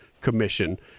commission